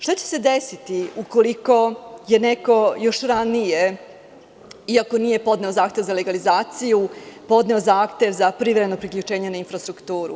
Šta će se desiti ukoliko je neko još ranije, iako nije podneo zahtev za legalizaciju, podneo zahtev za privremeno priključenje na infrastrukturu?